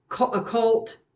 occult